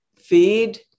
feed